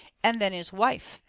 and then, his wife!